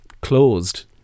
closed